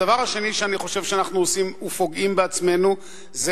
הדבר השני שאני חושב שאנחנו עושים ופוגעים בעצמנו זה